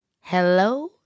hello